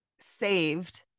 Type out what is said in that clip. saved